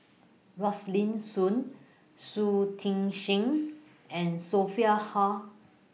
Rosaline Soon Shui Tit Sing and Sophia Hull